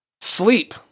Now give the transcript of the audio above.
Sleep